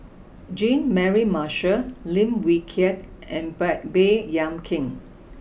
Jean Mary Marshall Lim Wee Kiak and bay Baey Yam Keng